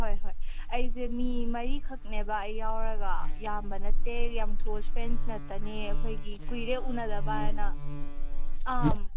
ꯍꯣꯏ ꯍꯣꯏ ꯑꯩꯁꯦ ꯃꯤ ꯃꯔꯤꯈꯛꯅꯦꯕ ꯑꯩ ꯌꯥꯎꯔꯒ ꯌꯥꯝꯕ ꯅꯠꯇꯦ ꯌꯥꯝ ꯀ꯭ꯂꯣꯖ ꯐ꯭ꯔꯦꯟ ꯉꯥꯛꯇꯅꯤ ꯑꯩꯈꯣꯏꯒꯤ ꯀꯨꯏꯔꯦ ꯎꯟꯅꯗꯕ ꯍꯥꯏꯅ ꯎꯝ